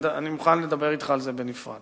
אני מוכן לדבר אתך על זה בנפרד.